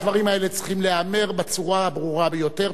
הדברים האלה צריכים להיאמר בצורה הברורה ביותר.